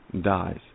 dies